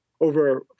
over